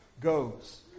goes